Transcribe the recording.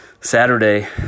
Saturday